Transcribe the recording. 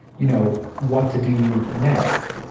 you know, what to do next.